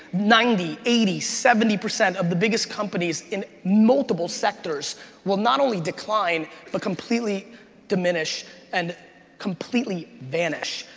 ninety, eighty, seventy percent of the biggest companies in multiple sectors will not only decline but completely diminish and completely vanish.